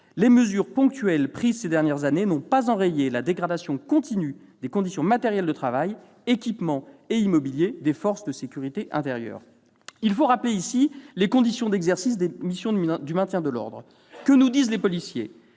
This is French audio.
les mesures ponctuelles prises ces dernières années n'ont pas enrayé la dégradation continue des conditions matérielles de travail- équipement et immobilier -des forces de sécurité intérieure ». Il faut rappeler ici les conditions d'exercice des missions de maintien de l'ordre. Que nous disent les policiers ?